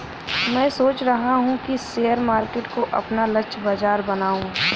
मैं सोच रहा हूँ कि शेयर मार्केट को अपना लक्ष्य बाजार बनाऊँ